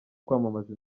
kwamamaza